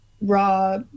Raw